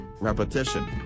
Repetition